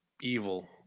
Evil